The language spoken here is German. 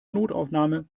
notaufnahme